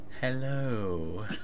Hello